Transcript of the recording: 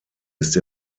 ist